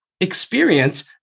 experience